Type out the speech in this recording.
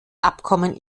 abkommen